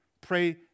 pray